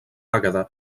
àgueda